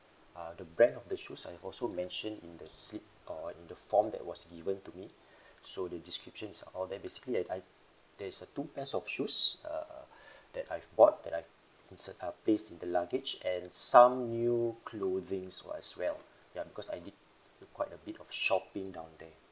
uh the brand of the shoes I've also mentioned in the slip on the form that was given to me so the description is all there basically I I there's a two pairs of shoes uh that I've bought that I insert uh placed in the luggage and some new clothing's as well ya because I did quite a bit of shopping down there